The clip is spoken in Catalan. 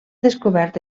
descobert